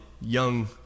young